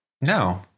No